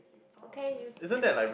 okay you choose